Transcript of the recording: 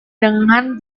dengan